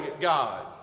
God